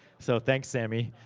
so, thanks sammy.